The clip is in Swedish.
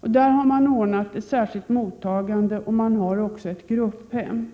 Där har man ordnat ett särskilt mottagande, och man har också ett grupphem.